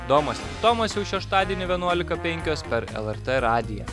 domas ir tomas jau šeštadienį vienuolika penkios per lrt radiją